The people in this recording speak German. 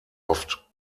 oft